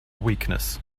weakness